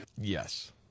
Yes